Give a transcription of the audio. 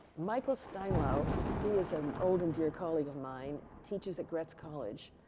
michael steinlove, who was an old and dear colleague of mine, teaches at grets college.